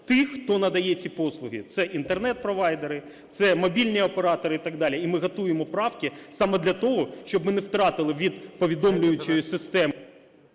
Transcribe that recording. тих, хто надає ці послуги: це Інтернет-провайдери, це мобільні оператори і так далі. І ми готуємо правки саме для того, щоб ми не втратили від повідомлюючої системи…